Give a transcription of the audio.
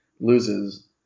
loses